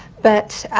but